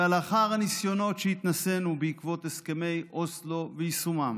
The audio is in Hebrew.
ולאחר הניסיונות שהתנסינו בעקבות הסכמי אוסלו ויישומם